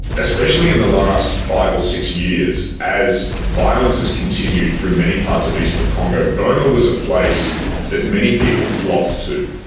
especially in the last five or six years as violence has continued through many parts of eastern congo, goma was a place that many people flocked to.